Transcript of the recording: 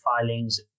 filings